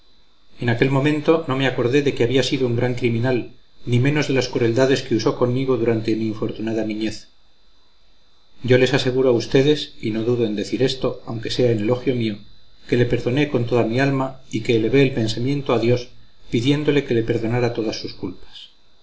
en aquel momento no me acordé de que había sido un gran criminal ni menos de las crueldades que usó conmigo durante mi infortunada niñez yo les aseguro a ustedes y no dudo en decir esto aunque sea en elogio mío que le perdoné con toda mi alma y que elevé el pensamiento a dios pidiéndole que le perdonara todas sus culpas